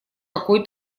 какой